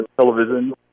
television